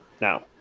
now